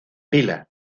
pila